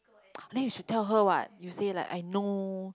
then you should tell her what you say like I know